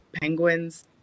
Penguins